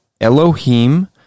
Elohim